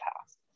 past